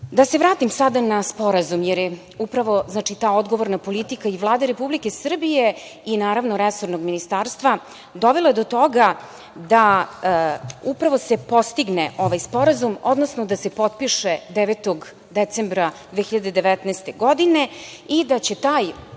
Da se vratim sada na sporazum, jer je upravo ta odgovorna politika i Vlade Republike Srbije i naravno resornog ministarstva, dovela do toga da upravo se postigne ovaj sporazum, odnosno da se potpiše 9. decembra 2019. godine i da će taj,